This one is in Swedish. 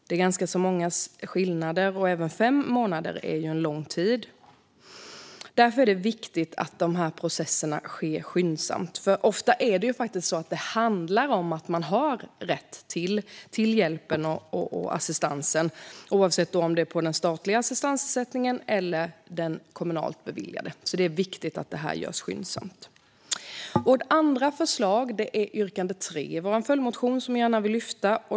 Det är ganska stor skillnad, och även fem månader är en lång tid. Det är viktigt att dessa processer sker skyndsamt, för ofta är det faktiskt så att man har rätt till hjälpen och assistansen - oavsett om det är den statliga assistansersättningen eller den kommunalt beviljade. Det är viktigt att detta görs skyndsamt. Vårt andra förslag är yrkande 3 i vår följdmotion, som jag gärna vill lyfta.